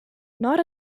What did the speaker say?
not